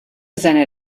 seiner